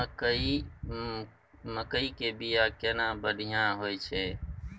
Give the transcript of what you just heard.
मकई के बीया केना बढ़िया होय छै?